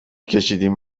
کشیدیم